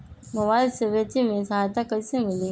Mobile से बेचे में सहायता कईसे मिली?